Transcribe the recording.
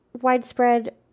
widespread